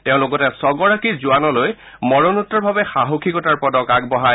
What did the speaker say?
তেওঁ লগতে ছগৰাকী জোৱানলৈ মৰণোত্তাৰভাৱে সাহসীকতাৰ পদক আগবঢ়ায়